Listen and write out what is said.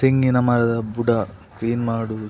ತೆಂಗಿನ ಮರದ ಬುಡ ಕ್ಲೀನ್ ಮಾಡುವುದು